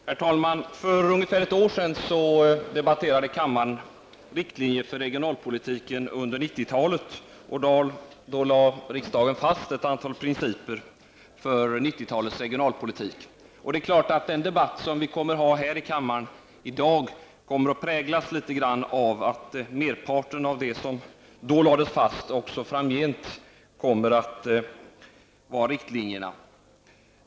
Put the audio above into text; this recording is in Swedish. Herr talman! För ungefär ett år sedan debatterade kammaren riktlinjer för regionalpolitiken under 1990-talet. Då lade riksdagen fast ett antal principer för 1990-talets regionalpolitik. Det är klart att den debatt vi kommer att ha här i kammaren i dag kommer att präglas litet av att den tidigare debatten och det som då lades fast också framgent kommer att vara riktlinjer.